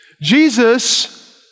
Jesus